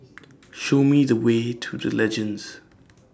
Show Me The Way to The Legends